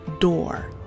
door